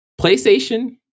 PlayStation